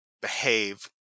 behave